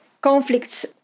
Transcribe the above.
conflicts